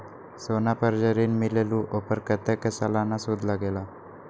सोना पर जे ऋन मिलेलु ओपर कतेक के सालाना सुद लगेल?